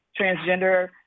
transgender